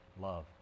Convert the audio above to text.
love